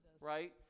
right